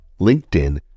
LinkedIn